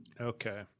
Okay